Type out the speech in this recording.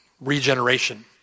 regeneration